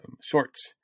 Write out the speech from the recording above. shorts